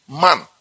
man